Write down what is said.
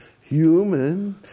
human